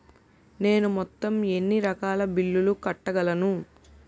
నేను మొత్తం ఎన్ని రకాల బిల్లులు కట్టగలను?